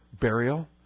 burial